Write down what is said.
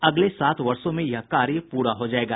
अगले सात वर्षो में यह कार्य प्रा हो जायेगा